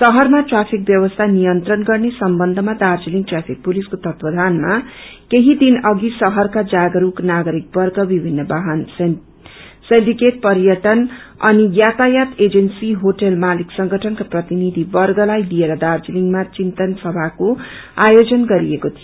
शहरमा ट्राफिक ब्यवस्या नियंत्रण गर्ने सम्बन्धमा दार्जीलिङ ट्राफिक पुलिसको तत्वावधानमा केही दिन अघि शहरको जागढक नागरिकर्वग विभिन्न वाहन सिन्डीकेट पर्यटन अनि यातायात एजेन्सी होटल मालिक संगठनका प्रतिनिधिवर्गलाई लिएर दार्जीलिङमा चिन्तन सभाको आयोजन गरिएको थियो